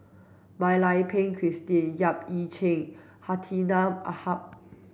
Mak Lai Peng Christine Yap Ee Chian Hartinah Ahmad